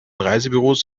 reisebüros